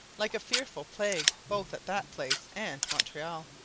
like a fearful plague both at that place and montreal.